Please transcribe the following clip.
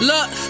Look